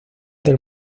del